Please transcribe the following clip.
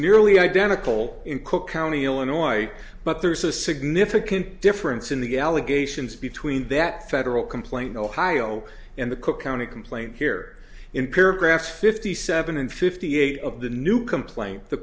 nearly identical in cook county illinois but there is a significant difference in the allegations between that federal complaint ohio and the cook county complaint here in paragraph fifty seven and fifty eight of the new complaint t